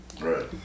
Right